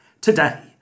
Today